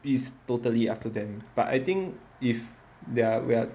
is totally up to them but I think if they're ya